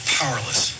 powerless